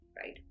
right